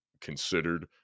considered